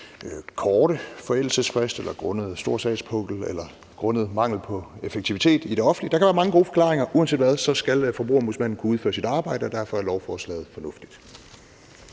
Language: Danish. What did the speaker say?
korte forældelsesfrist eller grundet en stor sagspukkel eller grundet mangel på effektivitet i det offentlige. Der kan være mange gode forklaringer, uanset hvad skal Forbrugerombudsmanden kunne udføre sit arbejde, og derfor er lovforslaget fornuftigt.